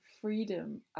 freedom